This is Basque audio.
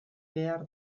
behar